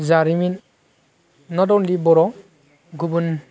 जारिमिन नट अनलि बर' गुबुन